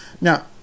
Now